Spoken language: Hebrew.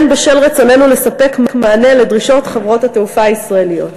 והן בשל רצוננו לספק מענה לדרישות חברות התעופה הישראליות.